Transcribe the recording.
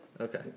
Okay